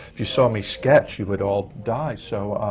if you saw me sketch, you would all die. so,